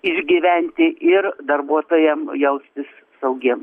išgyventi ir darbuotojam jaustis saugiem